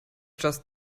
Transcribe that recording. just